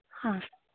हाँ